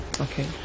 okay